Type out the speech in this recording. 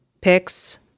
picks